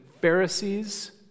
Pharisees